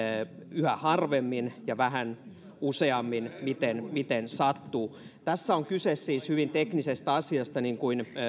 yhä harvemmin ja vähän useammin miten miten sattuu tässä on kyse siis hyvin teknisestä asiasta niin kuin